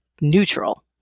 neutral